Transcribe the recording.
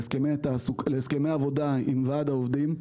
להסכמי עבודה עם ועד העובדים,